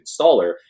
installer